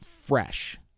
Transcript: fresh